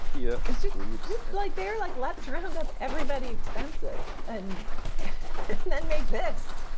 yeah it's just we've just like they're like, let's round up everybody expensive and then make this